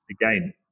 again